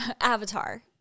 avatar